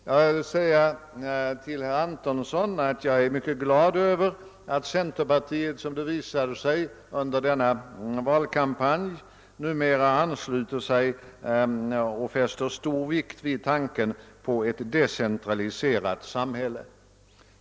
— Jag vill säga till herr Antonsson att jag är mycket glad över att centerpartiet, som det visade sig under valkampanjen, numera ansluter sig till och fäster stor vikt vid tanken på ett decentraliserat samhälle.